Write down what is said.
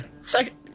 second